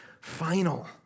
final